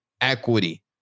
equity